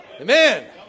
Amen